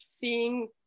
seeing